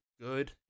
good